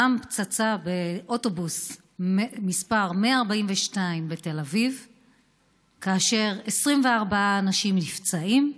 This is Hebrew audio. שם פצצה באוטובוס מס' 142 בתל אביב ו-24 אנשים נפצעים,